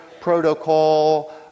protocol